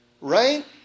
Right